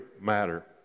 matter